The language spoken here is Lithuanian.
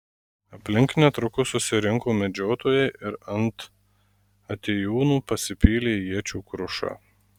aplink netrukus susirinko medžiotojai ir ant atėjūnų pasipylė iečių kruša